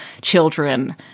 children